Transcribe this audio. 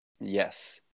Yes